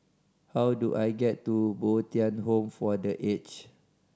how do I get to Bo Tien Home for The Age